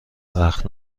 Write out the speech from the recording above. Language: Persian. وقت